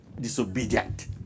disobedient